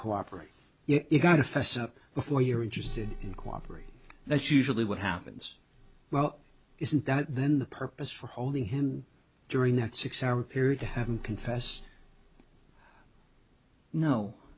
cooperate you got to fess up before you're interested in cooperate that's usually what happens well isn't that then the purpose for holding him during that six hour period to have him confess no